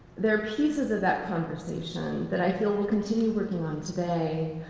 there are pieces of that conversation that i feel we'll continue working on today.